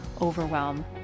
overwhelm